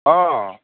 অঁ